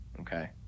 okay